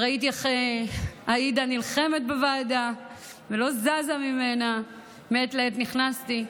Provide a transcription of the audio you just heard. וראיתי איך עאידה נלחמת בוועדה ולא זזה ממנה מעת לעת נכנסתי,